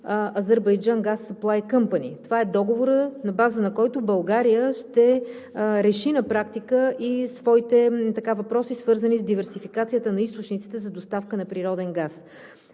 „Азербайджан газ съплай къмпани“. Това е договорът, на база на който България ще реши на практика и своите въпроси, свързани с диверсификацията на източниците за доставка на природен газ.